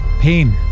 pain